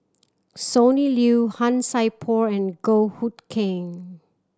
Sonny Liew Han Sai Por and Goh Hood Keng